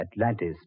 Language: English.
Atlantis